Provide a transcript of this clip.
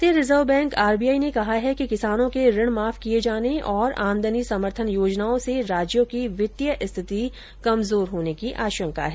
भारतीय reserve bank R B I ने कहा है कि किसानों के ऋण माफ किए जाने और आमदनी समर्थन योजनाओं से राज्यों की वित्तीय स्थिति कमजोर होने की आशंका है